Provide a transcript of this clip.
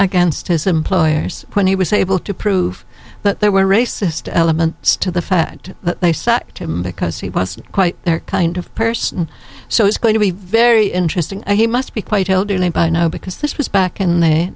against his employers when he was able to prove that there were racist elements to the fact that they sacked him because he wasn't quite their kind of person so it's going to be very interesting he must be quite elderly by now because this was back in the